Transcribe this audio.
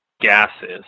gases